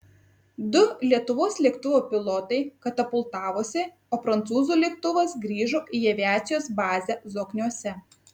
du lietuvos lėktuvo pilotai katapultavosi o prancūzų lėktuvas grįžo į aviacijos bazę zokniuose